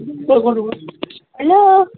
hello